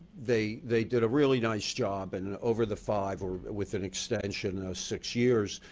they they did a really nice job and and over the five or with an extension of six years,